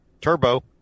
turbo